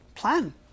plan